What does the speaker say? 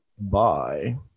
Bye